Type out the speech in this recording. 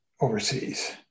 overseas